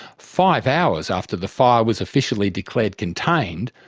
five hours after the fire was officially declared contained,